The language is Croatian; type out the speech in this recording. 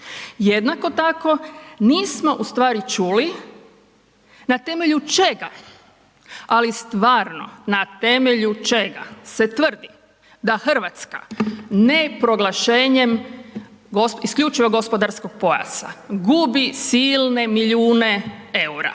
Jednako tako, nismo u stvari čuli na temelju čega, ali stvarno na temelju čega se tvrdi da RH ne proglašenjem isključivog gospodarskog pojasa gubi silne milijune EUR-a,